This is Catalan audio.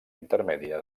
intermèdia